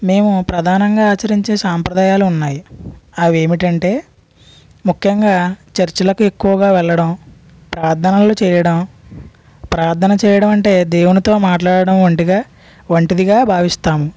మేము ప్రధానంగా ఆచరించే సంప్రదాయాలు ఉన్నాయి అవేమిటంటే ముఖ్యంగా చర్చులకు ఎక్కువగా వెళ్ళడం ప్రార్ధనలు చేయడం ప్రార్ధనలు చేయడం అంటే దేవునితో మాట్లాడం వంటిగా వంటిదిగా భావిస్తాము